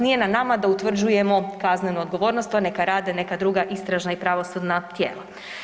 Nije na nama da utvrđujemo kaznenu odgovornost, to neka rade neka druga istražna i pravosudna tijela.